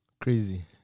Crazy